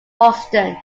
boston